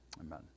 Amen